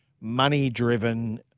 money-driven